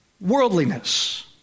worldliness